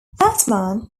batman